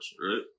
right